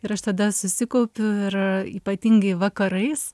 ir aš tada susikaupiu ir ypatingai vakarais